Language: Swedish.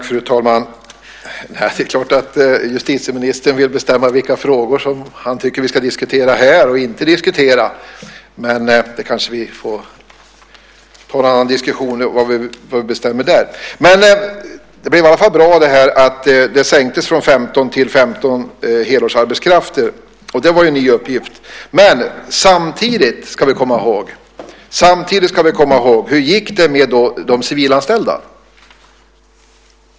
Fru talman! Det är klart att justitieministern vill bestämma vilka frågor som han tycker vi ska diskutera och inte diskutera här, men det kanske vi får bestämma i en annan diskussion. Det blev i alla fall bra det här med att det sänktes från 50 till 15 helårsarbetskrafter. Det var ju en ny uppgift. Men samtidigt ska vi komma ihåg en sak: Hur gick det med de civilanställda?